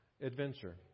adventure